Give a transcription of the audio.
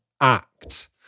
act